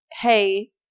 hey